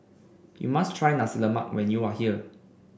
you must try Nasi Lemak when you are here